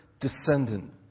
descendant